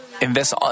invest